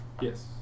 Yes